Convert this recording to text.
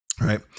Right